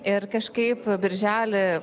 ir kažkaip birželį